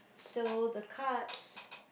so the cards